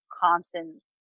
constant